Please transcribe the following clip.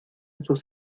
sus